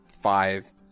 five